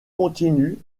continus